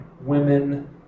women